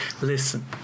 listen